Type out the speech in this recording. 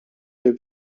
der